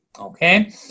Okay